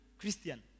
Christian